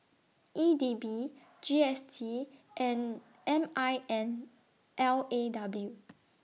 E D B G S T and M I N L A W